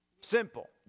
Simple